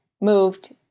moved